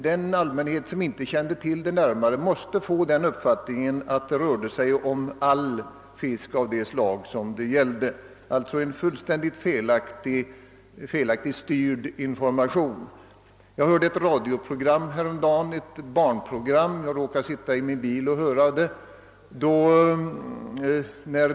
Den allmänhet som inte närmare känner till förhållandena måste få uppfattningen att det rörde sig om all fisk. Det var alltså en fullständigt felaktig information. Jag råkade häromdagen när jag åkte bil få höra ett barnprogram i radio.